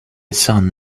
son